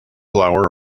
flour